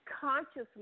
Consciously